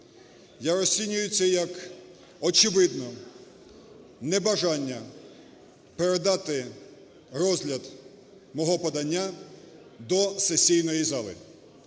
Я розцінюю це як очевидне небажання передати розгляд мого подання до сесійної зали.